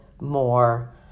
more